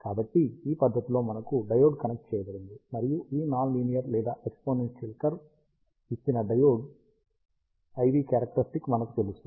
కాబట్టి ఈ పద్ధతిలో మనకు డయోడ్ కనెక్ట్ చేయబడింది మరియు ఈ నాన్ లీనియర్ లేదా ఎక్స్పోనెన్షియల్ కర్వ్ ఇచ్చిన డయోడ్ IV క్యారక్టరిస్టిక్ మనకు తెలుసు